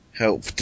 help